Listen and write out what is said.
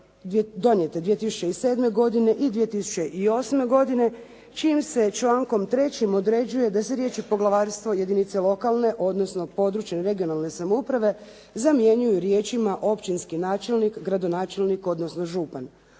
donijete 2007. godine i 2008. godine čijim se člankom 3. određuje da se riječi poglavarstvo i jedinice lokalne, odnosno područne i regionalne samouprave, zamjenjuju riječima općinski načelnik, gradonačelnik, odnosno župan.